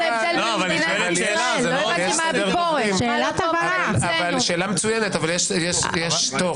מה הביקורת- -- שאלה מצוינת אבל יש תור.